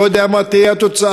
אני לא יודע מה תהיה התוצאה,